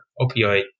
opioid